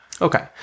Okay